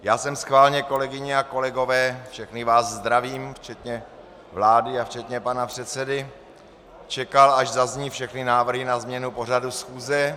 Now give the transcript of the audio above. Já jsem schválně, kolegyně a kolegové všechny vás zdravím, včetně vlády a včetně pana předsedy čekal, až zazní všechny návrhy na změnu pořadu schůze.